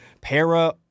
Para